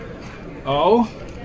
Oh